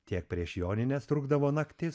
tiek prieš jonines trukdavo naktis